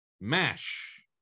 MASH